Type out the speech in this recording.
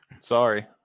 Sorry